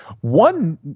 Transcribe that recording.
One